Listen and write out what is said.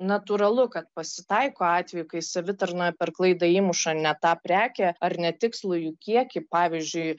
natūralu kad pasitaiko atvejų kai savitarnoje per klaidą įmuša ne tą prekę ar ne tikslų jų kiekį pavyzdžiui